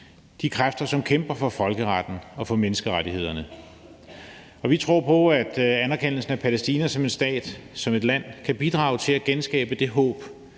de kræfter, som kæmper for folkeretten og for menneskerettighederne. Vi tror på, at anerkendelsen af Palæstina som en stat og som et land kan bidrage til at genskabe det håb